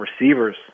receivers